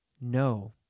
No